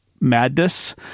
madness